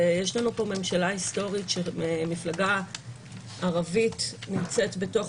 יש לנו פה ממשלה היסטורית שמפלגה ערבית נמצאת בתוך